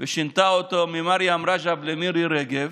ושינתה אותו ממרים רג'ב למירי רגב,